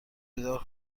بیدار